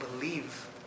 believe